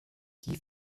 die